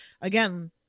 again